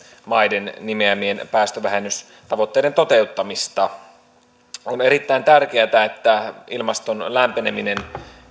maiden nimeämien päästövähennystavoitteiden toteuttamista on erittäin tärkeätä että ilmaston lämpeneminen